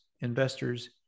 investors